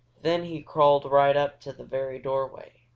then he crawled right up to the very doorway.